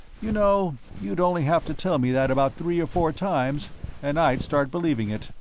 you know, you'd only have to tell me that about three or four times and i'd start believing it,